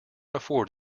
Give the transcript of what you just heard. afford